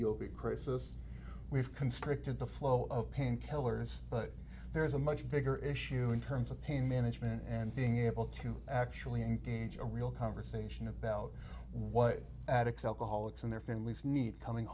be crisis we've constricted the flow of pain killers but there's a much bigger issue in terms of pain management and being able to actually engage in a real conversation about what addicts alcoholics and their families need coming